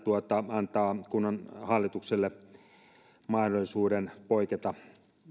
antaa kunnanhallitukselle mahdollisuuden poiketa